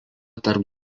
tarp